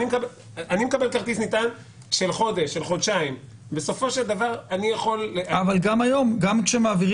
אני דווקא חושבת אחרת, שכל החוקים האלה שמגבילים